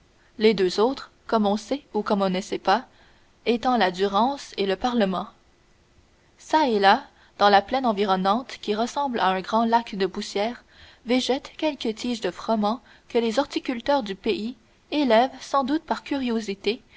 les deux autres comme on sait ou comme on ne sait pas étant la durance et le parlement çà et là dans la plaine environnante qui ressemble à un grand lac de poussière végètent quelques tiges de froment que les horticulteurs du pays élèvent sans doute par curiosité